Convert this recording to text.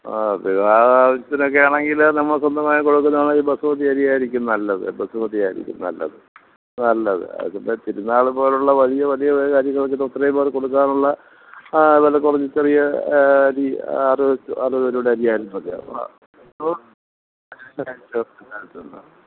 ആ അതെ ആ ഇത്രയൊക്കെ ആണെങ്കിൽ നമുക്കൊന്നും വാങ്ങിക്കൊടുന്നമാരി ബസുമതി അരിയായിരിക്കും നല്ലത് ബസുമതി ആയിരിക്കും നല്ലത് നല്ലത് അതിപ്പോൾ പെരുന്നാൾ പോലുള്ള വലിയ വലിയ വെ കാര്യങ്ങൾക്കിപ്പോൾ ഇത്രേം പേർക്ക് കൊടുക്കാനുള്ള ആ വില കുറഞ്ഞ ചെറിയ അരി അറുപത് അറുപത് രൂപയുടെ അരിയായാലും മതിയാവും